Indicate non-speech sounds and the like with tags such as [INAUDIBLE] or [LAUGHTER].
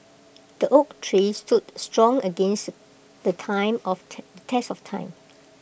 the oak tree stood strong against the time of [UNINTELLIGIBLE] test of time